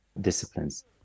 disciplines